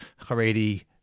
Haredi